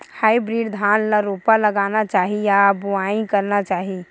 Hybrid धान ल रोपा लगाना चाही या बोआई करना चाही?